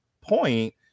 point